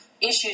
issues